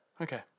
Okay